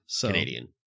Canadian